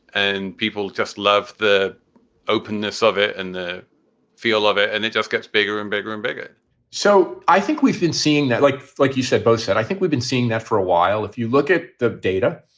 and people just love the openness of it and the feel of it, and it just gets bigger and bigger and bigger so i think we've been seeing that like like you said, both said, i think we've been seeing that for a while. if you look at the data,